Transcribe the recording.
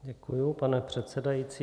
Děkuji, pane předsedající.